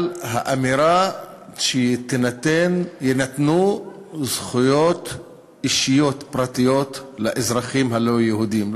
על האמירה שיינתנו זכויות אישיות פרטיות לאזרחים הלא-יהודים,